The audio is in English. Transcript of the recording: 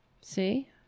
See